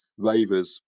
ravers